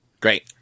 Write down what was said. Great